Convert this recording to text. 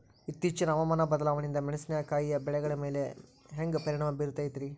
ಇತ್ತೇಚಿನ ಹವಾಮಾನ ಬದಲಾವಣೆಯಿಂದ ಮೆಣಸಿನಕಾಯಿಯ ಬೆಳೆಗಳ ಮ್ಯಾಲೆ ಹ್ಯಾಂಗ ಪರಿಣಾಮ ಬೇರುತ್ತೈತರೇ?